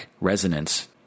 resonance